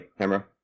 camera